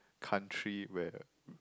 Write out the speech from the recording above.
country where